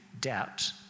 doubt